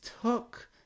took